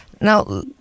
Now